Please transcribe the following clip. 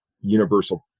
universal